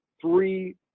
three